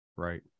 Right